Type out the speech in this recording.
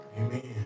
Amen